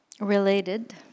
Related